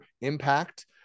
impact